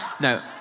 no